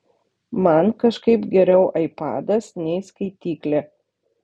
man kažkaip geriau aipadas nei skaityklė